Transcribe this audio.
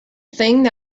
things